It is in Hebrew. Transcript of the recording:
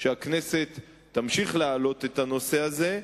שהכנסת תמשיך להעלות את הנושא הזה,